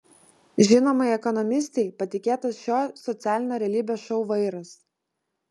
žinomai ekonomistei patikėtas šio socialinio realybės šou vairas